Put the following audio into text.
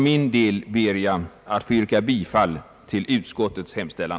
Jag ber därför att få yrka bifall till utskottets hemställan.